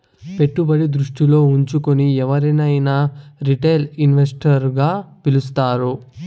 పెట్టుబడి దృష్టిలో ఉంచుకుని ఎవరినైనా రిటైల్ ఇన్వెస్టర్ గా పిలుస్తారు